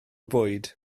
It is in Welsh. bwyd